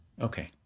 Okay